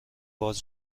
باز